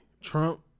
Trump